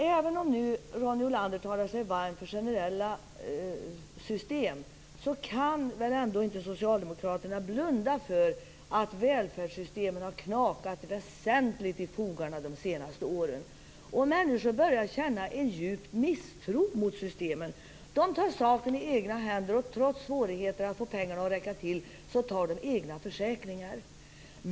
Även om Ronny Olander nu talar sig varm för generella system kan väl socialdemokraterna inte blunda för att välfärdssystemen har knakat väsentligt i fogarna de senaste åren. Människor börjar känna en djup misstro mot systemet. De tar saken i egna händer, och trots svårigheter att få pengarna att räcka till tar de egna försäkringar.